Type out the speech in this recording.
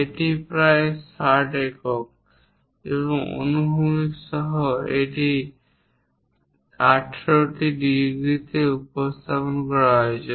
এটি প্রায় 60 একক এবং অনুভূমিক সহ এই বৃত্তটি 18 ডিগ্রিতে স্থাপন করা হয়েছে